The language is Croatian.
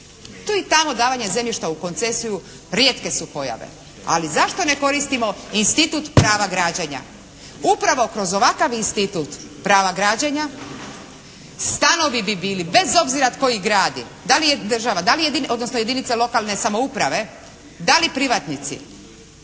Tu i tamo davanje zemljišta u koncesiju rijetke su pojave. Ali zašto ne koristimo institut prava građenja? Upravo kroz ovakav institut prava građenja stanovi bi bili bez obzira tko ih gradi, da li je država, da li je, odnosno jedinica lokalne samouprave, da li privatnici.